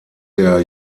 der